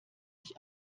ich